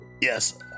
Yes